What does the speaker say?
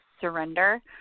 surrender